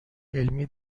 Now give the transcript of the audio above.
علمی